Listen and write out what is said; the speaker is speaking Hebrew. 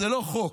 זה לא חוק,